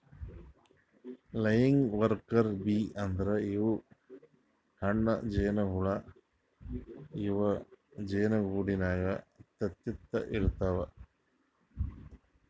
laying worker bee ಅಂದ್ರ ಇವ್ ಹೆಣ್ಣ್ ಜೇನಹುಳ ಇವ್ ಜೇನಿಗೂಡಿನಾಗ್ ತತ್ತಿ ಇಡತವ್